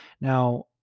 Now